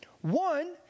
One